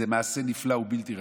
זה מעשה נפלא ובלתי רגיל.